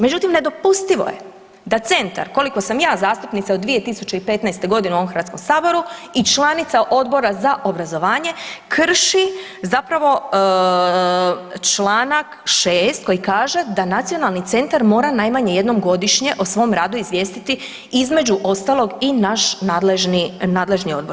Međutim, nedopustivo je da centar koliko sam ja zastupnica od 2015. godine u ovom Hrvatskom saboru i članica Odbora za obrazovanje krši zapravo Članak 6. koji kaže da nacionalni centar mora najmanje 1 godišnje o svom radu izvijestiti između ostalog i naš nadležni odbor.